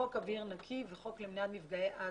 חוק אוויר נקי וחוק למניעת מפגעי אסבסט.